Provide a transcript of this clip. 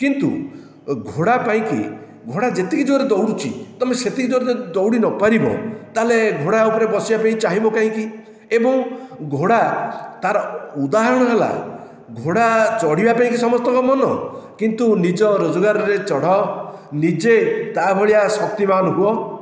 କିନ୍ତୁ ଘୋଡ଼ା ପାଇଁକି ଘୋଡ଼ା ଯେତିକି ଜୋରରେ ଦୌଡ଼ୁଛି ତୁମେ ସେତିକି ଜୋରରେ ଯଦି ଦୌଡ଼ି ନ ପାରିବ ତାହେଲେ ଘୋଡ଼ା ଉପରେ ବସିବା ପାଇଁ ଚାହିଁବ କାହିଁକି ଏବଂ ଘୋଡ଼ା ତାର ଉଦାହରଣ ହେଲା ଘୋଡ଼ା ଚଢ଼ିବା ପାଇଁକି ସମସ୍ତଙ୍କର ମନ କିନ୍ତୁ ନିଜ ରୋଜଗାରରେ ଚଢ଼ ନିଜେ ତା ଭଳିଆ ଶକ୍ତିମାନ ହୁଅ